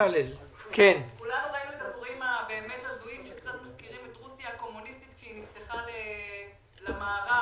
שקצת מזכירים את רוסיה הקומוניסטית כשהיא נפתחה למערב.